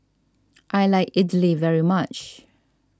I like Idili very much